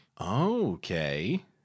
Okay